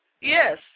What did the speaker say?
Yes